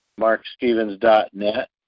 MarkStevens.net